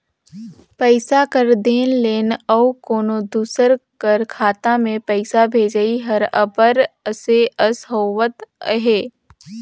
पइसा कर लेन देन अउ कोनो दूसर कर खाता में पइसा भेजई हर अब्बड़ असे अस होवत अहे